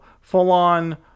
full-on